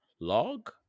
Log